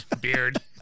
beard